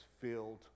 filled